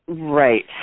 Right